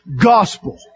gospel